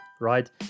right